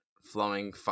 flowing